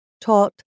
taught